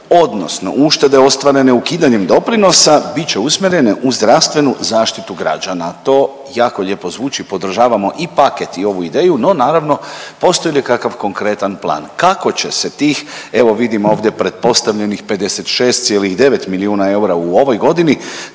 odnosno uštede ostvarene ukidanjem doprinosa bit će usmjerene u zdravstvenu zaštitu građana. To jako lijepo zvuči, podržavamo i paket i ovu ideju, no naravno postoji li kakav konkretan plan kako će se tih, evo vidim ovdje pretpostavljenih 56,9 milijuna eura u ovoj godini,